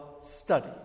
study